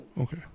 Okay